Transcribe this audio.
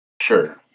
Sure